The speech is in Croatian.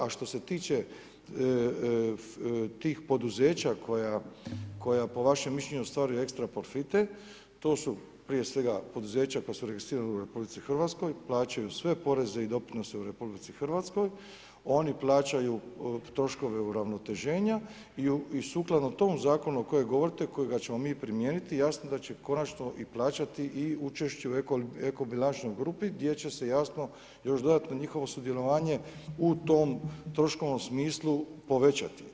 A što se tiče tih poduzeća koja po vašem mišljenju stvaraju ekstra profite to su prije svega poduzeća koja su registrirala u RH, plaćaju sve poreze i doprinose u RH, oni plaćaju troškove uravnoteženja i sukladno tom zakonu o kojem govorite, kojega ćemo mi primijeniti jasno da će konačno i plaćati i učešće u eko bilančnoj grupi gdje će se jasno još dodatno njihovo sudjelovanje u tom troškovnom smislu povećati.